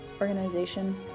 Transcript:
Organization